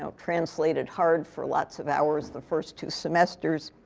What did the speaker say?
so translated hard for lots of hours the first two semesters,